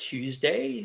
Tuesday